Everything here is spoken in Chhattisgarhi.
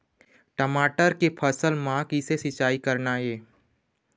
टमाटर के फसल म किसे सिचाई करना ये?